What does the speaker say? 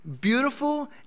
beautiful